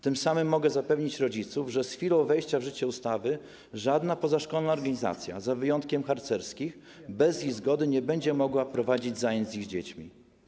Tym samym mogę zapewnić rodziców, że z chwilą wejścia w życie ustawy żadna pozaszkolna organizacja, z wyjątkiem organizacji harcerskich, bez ich zgody nie będzie mogła prowadzić zajęć z ich dziećmi.